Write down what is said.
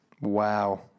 Wow